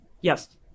Yes